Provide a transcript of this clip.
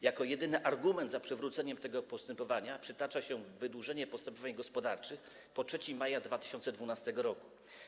Jako jedyny argument za przywróceniem tego postępowania przytacza się wydłużenie postępowań gospodarczych po 3 maja 2012 r.